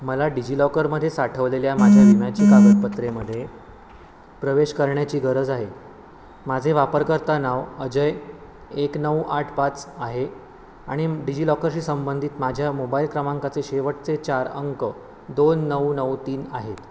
मला डिजि लॉकरमध्ये साठवलेल्या माझ्या विम्याची कागदपत्रांमध्ये प्रवेश करण्याची गरज आहे माझे वापरकर्ता नाव अजय एक नऊ आठ पाच आहे आणि डिजि लॉकरशी संबंधित माझ्या मोबाईल क्रमांकाचे शेवटचे चार अंक दोन नऊ नऊ तीन आहेत